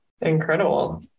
Incredible